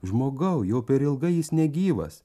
žmogau jau per ilgai jis negyvas